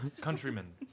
Countrymen